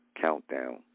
countdown